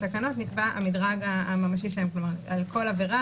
בתקנות נקבע המדרג הממשי על כל עבירה